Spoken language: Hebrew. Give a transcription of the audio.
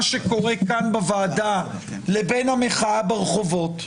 שקורה כאן בוועדה לבין המחאה ברחובות,